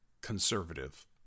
conservative